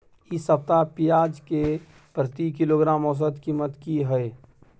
इ सप्ताह पियाज के प्रति किलोग्राम औसत कीमत की हय?